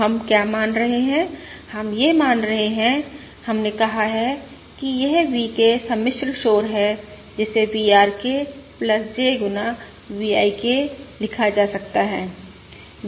तो हम क्या मान रहे हैं हम यह मान रहे हैं हमने कहा है कि यह VK सम्मिश्र शोर है जिसे VRK J गुना VI K लिखा जा सकता है